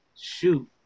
Shoot